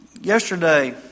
yesterday